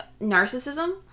narcissism